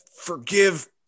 forgive